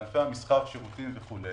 בענפי המסחר, השירותים וכולי,